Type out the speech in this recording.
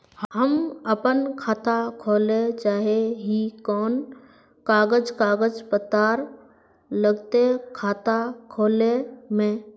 हम अपन खाता खोले चाहे ही कोन कागज कागज पत्तार लगते खाता खोले में?